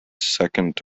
second